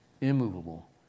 immovable